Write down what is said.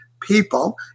people